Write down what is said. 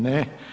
Ne.